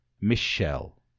Michelle